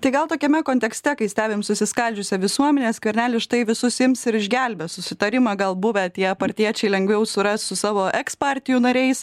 tai gal tokiame kontekste kai stebim susiskaldžiusią visuomenę skvernelis štai visus ims ir išgelbės susitarimą gal buvę tie partiečiai lengviau suras su savo eks partijų nariais